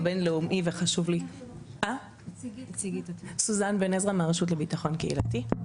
אני סוזן בן עזרא, מהרשות הלאומית לביטחון קהילתי.